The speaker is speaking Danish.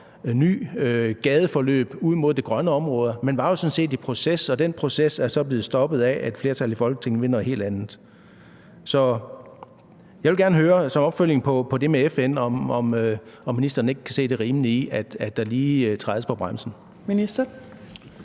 nyt gadeforløb ud mod de grønne områder. Man var jo sådan set i proces, og den proces er så blevet stoppet af, at et flertal i Folketinget vil noget helt andet. Så jeg vil gerne høre som opfølgning på det med FN, om ministeren ikke kan se det rimelige i, at der lige trædes på bremsen. Kl.